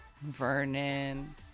Vernon